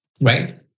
right